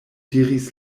diris